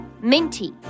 Minty